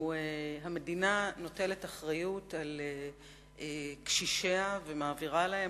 המדינה נוטלת אחריות לקשישיה ומעבירה להם,